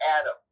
Adam